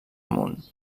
amunt